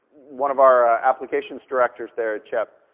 one of our applications directors there at chep,